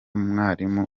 mwarimu